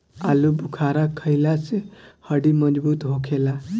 आलूबुखारा खइला से हड्डी मजबूत होखेला